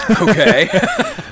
Okay